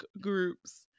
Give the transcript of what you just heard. groups